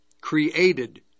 created